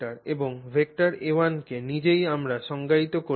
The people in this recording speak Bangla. এবং ভেক্টর a1 কে নিজেই আমরা সংজ্ঞায়িত করেছি